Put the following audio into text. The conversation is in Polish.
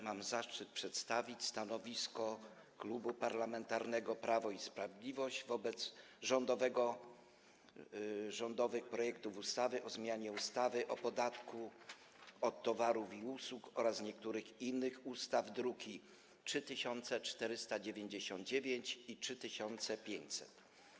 Mam zaszczyt przedstawić stanowisko Klubu Parlamentarnego Prawo i Sprawiedliwość wobec rządowych projektów ustaw o zmianie ustawy o podatku od towarów i usług oraz niektórych innych ustaw, druki nr 3499 i 3500.